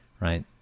Right